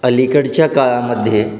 अलीकडच्या काळामध्ये